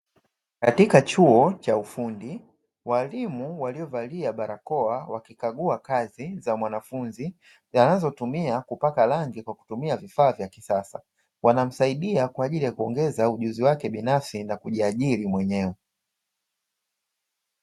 Katika chuo cha ufundi walimu waliovalia barakoa wakikagua kazi za mwanafunzi zinazotumia kupaka rangi kwa kutumia vifaa vya kisasa wanamsaidia kwa ajili ya kuongeza ujuzi wake binafsi na kujiajiri mwenyewe.